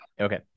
Okay